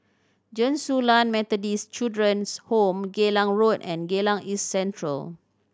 Chen Su Lan Methodist Children's Home Geylang Road and Geylang East Central